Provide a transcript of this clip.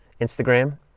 Instagram